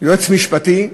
יועץ משפטי,